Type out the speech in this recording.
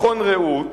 מכון "ראות",